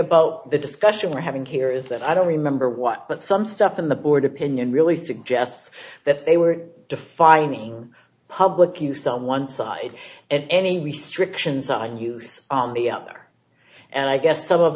about the discussion we're having here is that i don't remember what but some stuff in the board opinion really suggests that they were defining public use on one side and any restrictions on use on the other and i guess some of